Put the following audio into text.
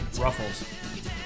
ruffles